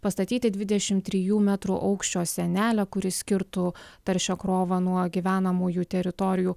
pastatyti dvidešim trijų metrų aukščio sienelę kuri skirtų taršią krovą nuo gyvenamųjų teritorijų